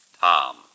Tom